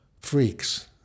freaks